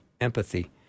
empathy